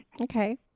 Okay